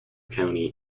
county